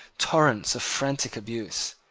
torrents of frantic abuse,